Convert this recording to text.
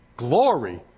Glory